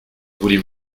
voulez